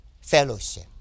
fellowship